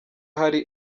hari